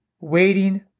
waiting